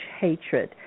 hatred